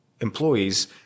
employees